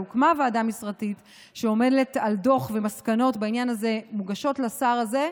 והוקמה ועדה משרדית שעמלה על דוח ומסקנות בעניין הזה להגשה לשר הזה,